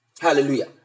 Hallelujah